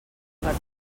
per